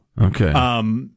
Okay